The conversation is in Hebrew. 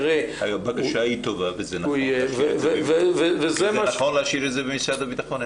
הבקשה היא טובה ונכון להשאיר את זה במשרד הביטחון.